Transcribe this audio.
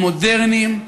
המודרניים,